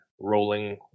rolling